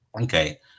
Okay